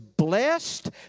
Blessed